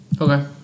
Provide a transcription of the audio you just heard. Okay